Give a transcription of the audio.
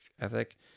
ethic